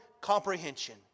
comprehension